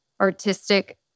artistic